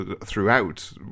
Throughout